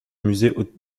musée